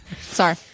Sorry